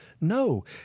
No